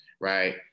right